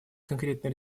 конкретные